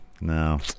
No